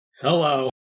Hello